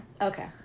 Okay